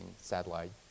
satellite